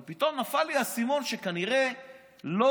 אבל פתאום נפל לי האסימון שכנראה לא